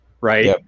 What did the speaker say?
right